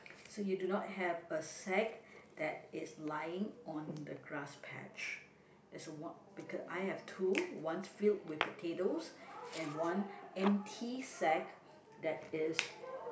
so you do not have a sack that is lying on the grass patch there's a one because I have two one is filled with potatoes one empty sack that is